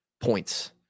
points